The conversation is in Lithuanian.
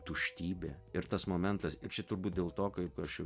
tuštybė ir tas momentas ir čia turbūt dėl to kaip aš jau